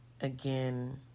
Again